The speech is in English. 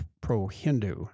pro-Hindu